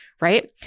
Right